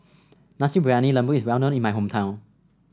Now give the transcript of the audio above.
Nasi Briyani Lembu is well known in my hometown